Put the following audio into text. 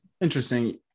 Interesting